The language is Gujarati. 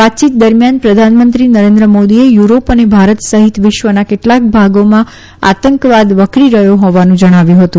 વાતચીત દરમિયાન પ્રધાનમંત્રી નરેન્દ્ર મોદીએ યુરોપ અને ભારત સહિત વિશ્વના કેટલાક ભાગોમાં આતંકવાદ વકરી રહયો હોવાનું જણાવ્યું હતું